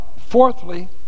Fourthly